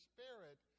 Spirit